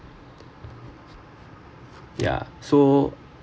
yeah so